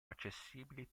accessibili